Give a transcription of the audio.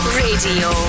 radio